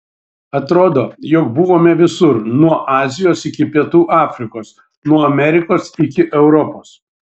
atrodo jog buvome visur nuo azijos iki pietų afrikos nuo amerikos iki europos